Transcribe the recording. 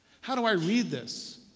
how do i read this?